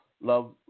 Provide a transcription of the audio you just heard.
love